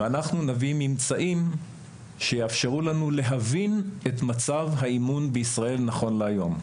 ואנחנו נביא ממצאים שיאפשר לו להבין את מצב האימון בישראל נכון להיום.